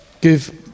give